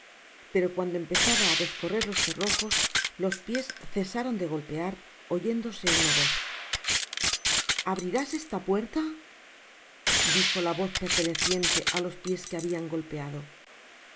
pero cuando empezaba á descorrer los cerrojos los pies cesaron de golpear oyendose una voz abrirás esta puerta dijo la voz perteneciente á los piés que habian golpeado al